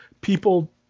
people